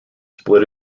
split